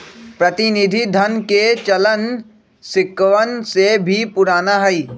प्रतिनिधि धन के चलन सिक्कवन से भी पुराना हई